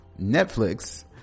Netflix